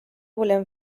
volem